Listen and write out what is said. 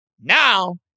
Now